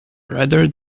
rather